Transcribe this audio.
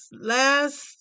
Last